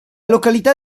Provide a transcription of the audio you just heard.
località